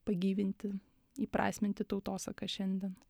pagyvinti įprasminti tautosaką šiandien